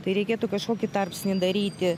tai reikėtų kažkokį tarpsnį daryti